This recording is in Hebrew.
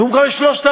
והוא מקבל 3,151